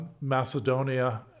Macedonia